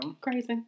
Crazy